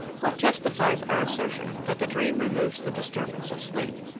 what justifies our assertion that the dream removes the disturbance of sleep?